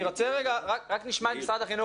אני רוצה שנשמע את משרד החינוך,